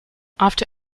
after